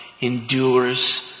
endures